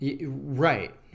Right